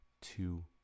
two